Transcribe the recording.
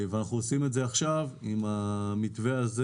אנחנו עושים את זה עכשיו עם המתווה הזה